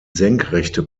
senkrechte